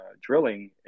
drilling